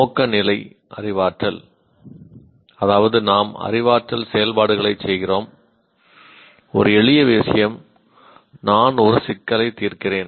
நோக்க நிலை - அறிவாற்றல் அதாவது நாம் அறிவாற்றல் செயல்பாடுகளைச் செய்கிறோம் ஒரு எளிய விஷயம் நான் ஒரு சிக்கலை தீர்க்கிறேன்